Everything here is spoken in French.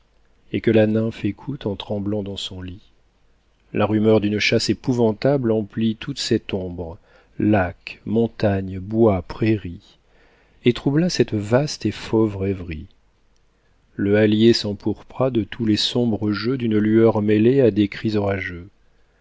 et que la nymphe écoute en tremblant dans son lit la rumeur d'une chasse épouvantable emplit toute cette ombre lac montagne bois prairie et troubla cette vaste et fauve rêverie le hallier s'empourpra de tous les sombres jeux d'une lueur mêlée à des cris orageux